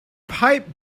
pipe